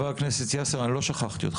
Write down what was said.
אנחנו ניתן לכולם לדבר.